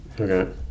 Okay